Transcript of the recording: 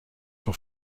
for